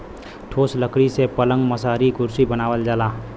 ठोस लकड़ी से पलंग मसहरी कुरसी बनावल जाला